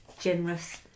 generous